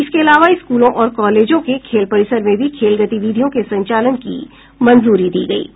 इसके अलावा स्कूलों और कॉलेजों के खेल परिसर में भी खेल गतिविधियों के संचालन की भी मंजूरी दी गयी है